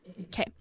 Okay